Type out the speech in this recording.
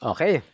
Okay